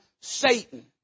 Satan